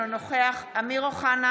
אינו נוכח אמיר אוחנה,